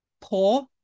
poor